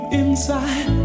inside